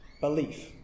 belief